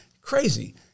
Crazy